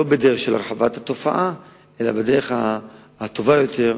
לא בדרך של הרחבת התופעה אלא בדרך טובה יותר,